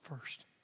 first